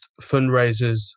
fundraisers